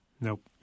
Nope